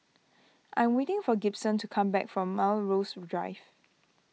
I'm waiting for Gibson to come back from Melrose Drive